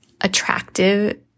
attractive